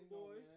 boy